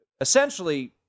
essentially